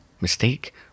mistake